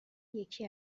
یکی